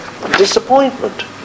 disappointment